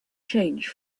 change